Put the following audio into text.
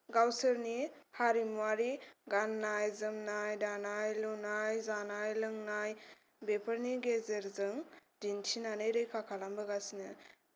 गावसोरनि हारिमुवारि गाननाय जोमनाय दानाय लुनाय जानाय लोंनाय बेफोरनि गेजेरजों दिन्थिनानै रैखा खालामबोगासिनो